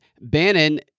Bannon